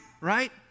right